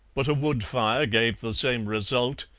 but a wood fire gave the same result,